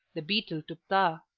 the beetle to pthah.